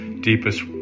deepest